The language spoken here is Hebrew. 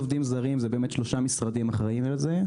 לגבי עובדים זרים זה באמת שלושה משרדים אחראים על זה,